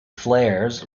flares